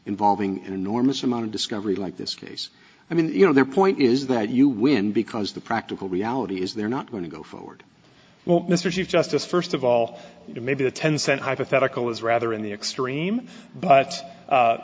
involving an enormous amount of discovery like this case i mean you know their point is that you win because the practical reality is they're not going to go forward well mr chief justice first of all maybe the ten cent hypothetical is rather in the extreme but